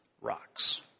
rocks